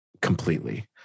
completely